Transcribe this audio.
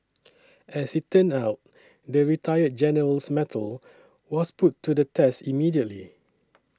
as it turned out the retired general's mettle was put to the test immediately